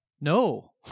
no